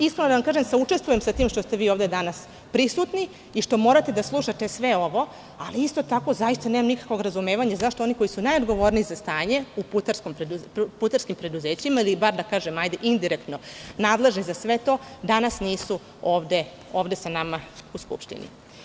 Iskreno da vam kažem, saučestvujem se sa tim što ste vi ovde danas prisutni i što morate da slušate sve ovo, ali isto tako, zaista nemam nikakvog razumevanja zašto oni koji su najodgovorniji za stanje u putarskim preduzećima, ili bar da kažem indirektno nadležni za sve to, danas nisu ovde sa nama u Skupštini.